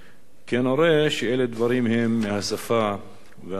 כנראה אלה הם דברים מהשפה ולחוץ.